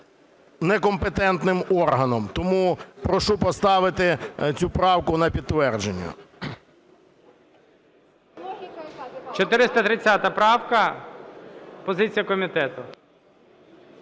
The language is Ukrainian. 430 правка. Позиція комітету.